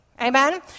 Amen